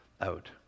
out